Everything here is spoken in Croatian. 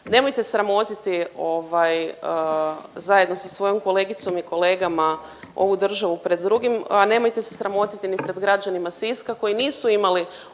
nemojte sramotiti ovaj zajedno sa svojom kolegicom i kolegama ovu državu pred drugim, a nemojte se sramotiti ni pred građanima Siska koji nisu imali